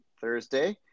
Thursday